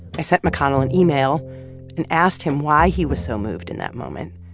i sent mcconnell an email and asked him why he was so moved in that moment.